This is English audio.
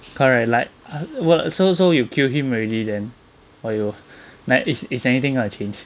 correct like well so so you kill him already then !aiyo! is anything gonna change